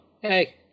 hey